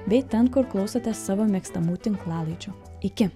bei ten kur klausotės savo mėgstamų tinklalaidžių iki